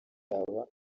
yabo